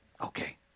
Okay